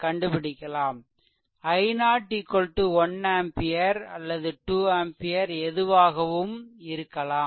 கண்டுபிடிக்கலாம் i0 1 ampere அல்லது 2 ampere எதுவாகவும் இருக்கலாம்